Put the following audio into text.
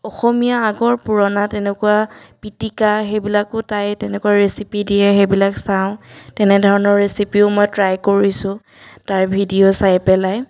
অসমীয়া আগৰ পুৰণা তেনেকুৱা পিটিকা সেইবিলাকো তাই তেনেকৈ ৰেচিপি দিয়ে সেইবিলাক চাওঁ তেনে ধৰণৰ ৰেচিপিও মই ট্ৰাই কৰিছোঁ তাইৰ ভিডিঅ' চাই পেলাই